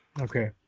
Okay